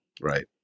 right